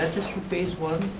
phase one,